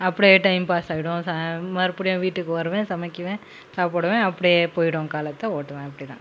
அப்படியே time pass ஆயிடும் சா மறுபடியும் வீட்டுக்கு வருவேன் சமைக்குவேன் சாப்பிடுவேன் அப்படியே போய்விடும் காலத்தை ஓட்டுவேன் அப்படி தான்